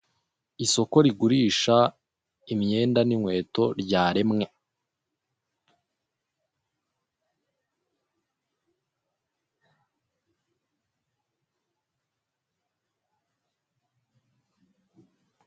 Ahantu ndeba rero hari udutebe twiza tw'icyatsi munsi urahabona harimo agacupa inyuma hicayeho abantu hasa naho hagiye kubera ikintu runaka nyine cyiga ku kibazo cyabayeho cyangwa bafite ibindi bagiye kuganiriza abantu bari buhitabire bahaje.